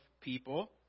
people